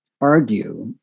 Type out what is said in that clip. argue